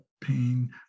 pain